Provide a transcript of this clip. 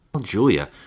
Julia